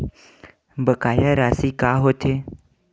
बकाया राशि का होथे?